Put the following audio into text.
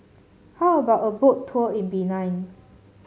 how about a Boat Tour in Benin